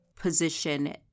position